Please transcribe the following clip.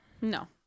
No